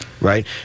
right